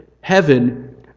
heaven